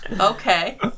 Okay